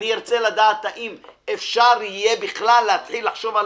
ארצה לדעת האם אפשר יהיה בכלל להתחיל לחשוב על